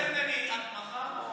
ההצעה לסדר-היום היא עד מחר?